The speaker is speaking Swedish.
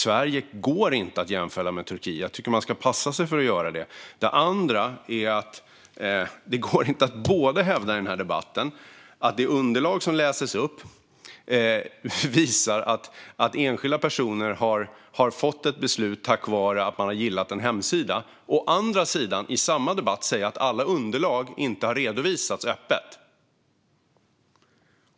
Sverige går inte att jämföra med Turkiet, och jag tycker att man ska passa sig för att göra det. Det går inte heller att i den här debatten å ena sidan hävda att det underlag som läses upp visar att enskilda personer har fått ett beslut för att de har gillat en hemsida och å andra sidan säga att alla underlag inte har redovisats öppet.